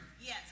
Yes